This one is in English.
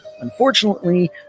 Unfortunately